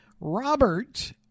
robert